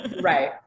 Right